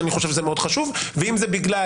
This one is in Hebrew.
שאני חושב שזה מאוד חשוב ואם זה בגלל